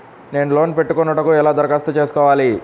నేను లోన్ పెట్టుకొనుటకు ఎలా దరఖాస్తు చేసుకోవాలి?